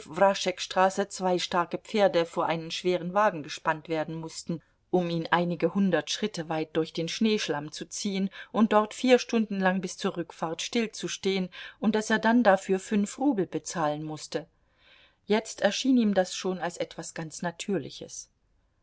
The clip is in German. siwzew wraschek straße zwei starke pferde vor einen schweren wagen gespannt werden mußten um ihn einige hundert schritte weit durch den schneeschlamm zu ziehen und dort vier stunden lang bis zur rückfahrt stillzustehen und daß er dann dafür fünf rubel bezahlen mußte jetzt erschien ihm das schon als etwas ganz natürliches